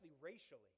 racially